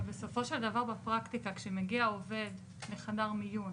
אבל בסופו של דבר בפרקטיקה כשמגיע עובד לחדר מיון,